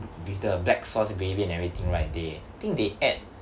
with the black sauce gravy and everything right they think they add